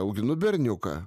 auginu berniuką